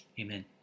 Amen